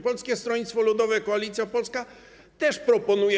Polskie Stronnictwo Ludowe, Koalicja Polska też proponuje.